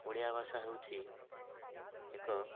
ଓଡ଼ିଆ ଭାଷା ହେଉଛି ଏକ